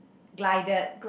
glided